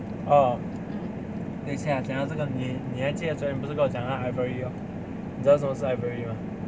orh 等一下讲到这个你你还记得昨天不是跟我讲 ivory lor 你知道为什么是 ivory mah